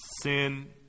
sin